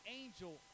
angel